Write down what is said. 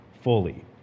fully